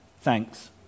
Thanks